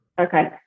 Okay